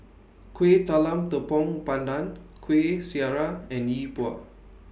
Kuih Talam Tepong Pandan Kueh Syara and Yi Bua